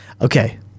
Okay